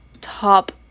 top